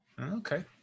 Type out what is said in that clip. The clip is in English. okay